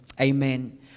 Amen